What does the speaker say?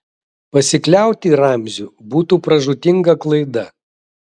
pasikliauti ramziu būtų pražūtinga klaida